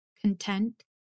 content